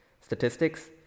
statistics